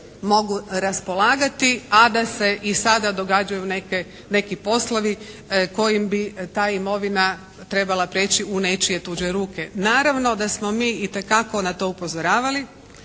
mogu raspolagati, a da se i sada događaju neke, neki poslovi kojim bi ta imovina trebala prijeći u nečije tuđe ruke. Naravno da smo mi itekako na to upozoravali.